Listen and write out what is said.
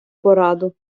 пораду